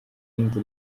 into